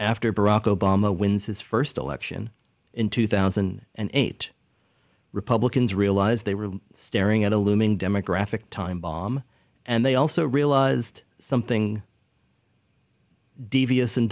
after barack obama wins his first election in two thousand and eight republicans realize they were staring at a looming demographic time bomb and they also realized something devious and